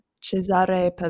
Cesare